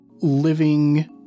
living